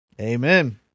Amen